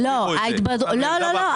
לא, לא.